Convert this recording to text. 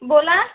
बोला